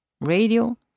radio